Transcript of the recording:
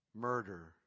murder